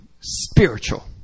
spiritual